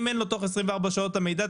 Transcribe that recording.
אם אין לו תוך 24 שעות את המידע,